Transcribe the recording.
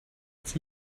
its